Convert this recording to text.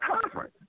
conference